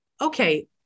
okay